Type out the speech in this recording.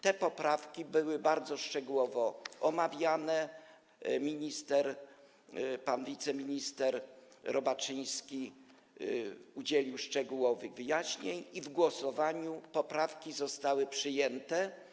Te poprawki były bardzo szczegółowo omawiane, pan wiceminister Robaczyński udzielił szczegółowych wyjaśnień i w głosowaniu poprawki zostały przyjęte.